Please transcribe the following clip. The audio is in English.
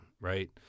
Right